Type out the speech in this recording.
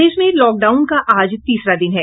प्रदेश में लॉकडाउन का आज तीसरा दिन है